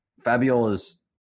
fabiola's